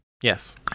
Yes